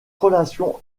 relation